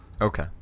Okay